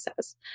says